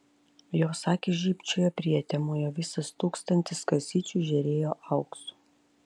jos akys žybčiojo prietemoje visas tūkstantis kasyčių žėrėjo auksu